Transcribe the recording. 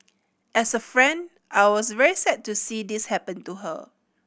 as a friend I was very sad to see this happen to her